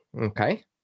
Okay